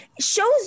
shows